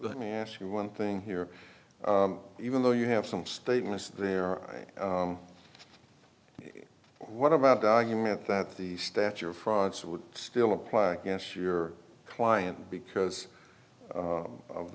let me ask you one thing here even though you have some statements there are what about the argument that the stature of france would still apply against your client because